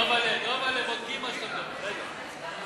דבל'ה, דבל'ה, בודקים מה שאתה, רגע.